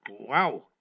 Wow